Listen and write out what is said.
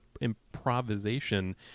improvisation